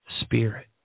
spirit